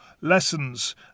lessons